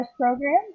program